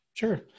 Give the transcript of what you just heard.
Sure